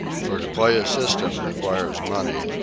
for to play a system requires money,